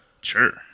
Sure